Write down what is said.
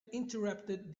interrupted